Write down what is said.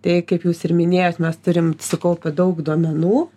tai kaip jūs ir minėjot mes turim sukaupę daug duomenų